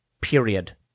period